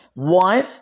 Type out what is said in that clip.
One